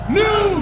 new